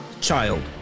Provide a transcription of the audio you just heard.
child